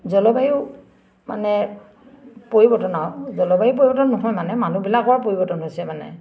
জলবায়ু মানে পৰিৱৰ্তন আৰু জলবায়ু পৰিৱৰ্তন নহয় মানে মানুহবিলাকৰ পৰিৱৰ্তন হৈছে মানে